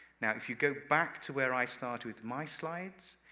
now, if you go back to where i start with my slides,